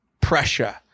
Pressure